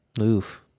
Oof